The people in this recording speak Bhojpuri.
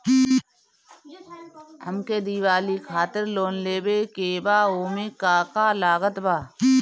हमके दिवाली खातिर लोन लेवे के बा ओमे का का लागत बा?